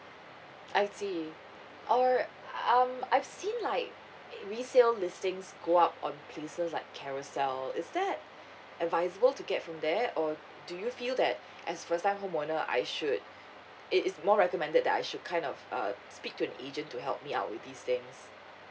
I see err um I've see like resale listings go out on places like carousell is that advisable to get from there or do you feel that as first time home owner I should it is more recommended that I should kind of uh speak to an agent to help me out with these things